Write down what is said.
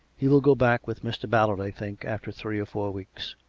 he will go back with mr. ballard, i think, after three or four weeks.